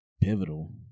pivotal